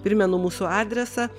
primenu mūsų adresą